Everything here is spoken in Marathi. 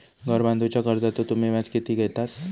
घर बांधूच्या कर्जाचो तुम्ही व्याज किती घेतास?